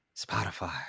Spotify